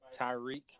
Tyreek